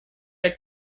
der